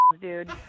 dude